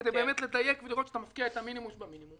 כדי באמת לדייק ולראות שאתה מפקיע את המינימום שבמינימום.